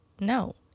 No